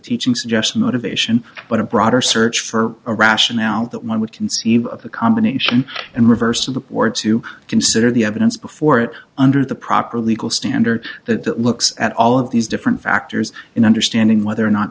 teaching suggest motivation but a broader search for a rationale that one would conceive of the combination and reverse of the boards to consider the evidence before it under the proper legal standard that looks at all of these different factors in understanding whether or not